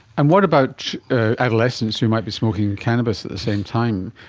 and what about adolescents who might be smoking cannabis at the same time,